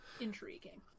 intriguing